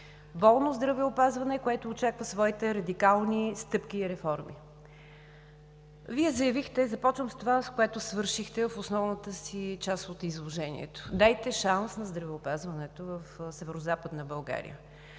болно здравеопазване, което очаква своите радикални стъпки и реформи. Започвам с това, с което свършихте в основната си част от изложението: дайте шанс на здравеопазването в Северозападна България.